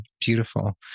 Beautiful